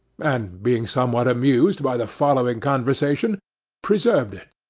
and, being somewhat amused by the following conversation preserved it.